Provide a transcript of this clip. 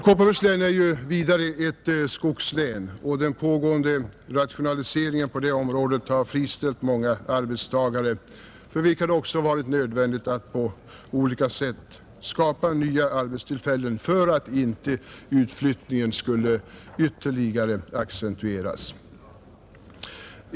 Kopparbergs län är vidare ett skogslän, och den pågående rationaliseringen inom skogsnäringarna har friställt många arbetstagare, för vilka det också varit nödvändigt att på olika sätt skapa nya arbetstillfällen så att inte utflyttningen skulle ytterligare accentueras.